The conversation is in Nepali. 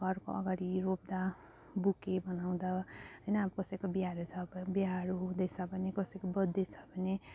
घरको अगाडि रोप्दा बुके बनाउँदा होइन अब कसैको बिहाहरू छ अब बिहाहरू हुँदैछ भने कसैको बर्थडे छ भने